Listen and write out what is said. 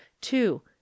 two